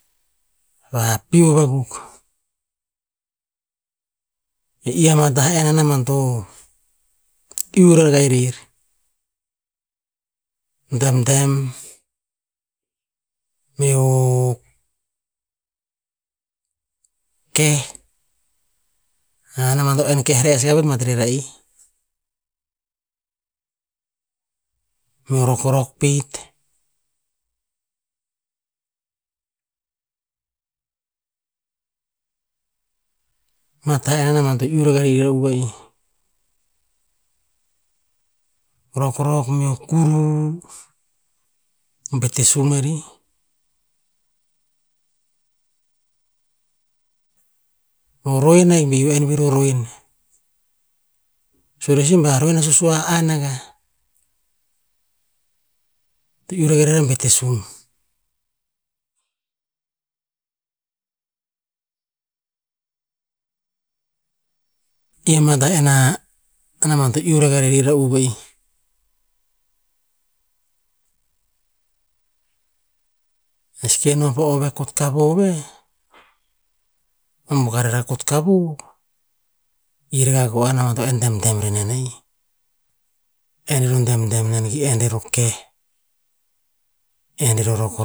Vapiuv akuk. E ih ama tah enn anamban to iuh rakah erer, demdem meoh keh, anamban to enn keh re'es akah bat rer a'ih, meo rokrok pet, mah tah enn ana- anamban to iwa rakah rer era'u va'ih. Rokrok meo kuru betesum e rih, o roen ahik pir iuh enn vir o roen, sue rer sih ba roen a sosuan ana gah, to iuh rakah rer a betesum. I ama tah enn anamban to iuh rakah rer era'u va'ih. E seke noh po o veh kotkavov veh, kom pokah rakah kotkavu, i rakah koeh anamban to enn demdem rer nen a-ih, enn ver o demdem hen kir enn ver o keh, enn o rokrok,